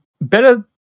better